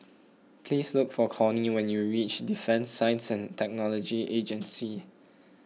please look for Cornie when you reach Defence Science and Technology Agency